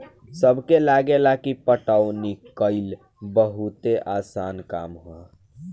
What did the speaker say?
सबके लागेला की पटवनी कइल बहुते आसान काम ह